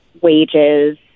wages